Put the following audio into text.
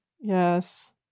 Yes